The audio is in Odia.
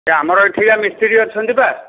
ଆମର ଏଠିକା ମିସ୍ତ୍ରୀ ଅଛନ୍ତି ବା